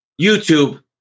YouTube